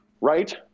Right